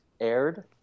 aired